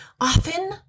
Often